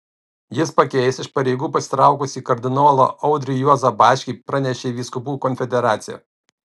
jis pakeis iš pareigų pasitraukusį kardinolą audrį juozą bačkį pranešė vyskupų konferencija